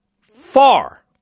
far